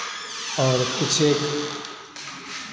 और कुछ एक